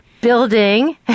building